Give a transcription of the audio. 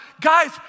guys